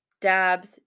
dabs